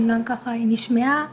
אמנם היא נשמעה מעט,